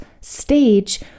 stage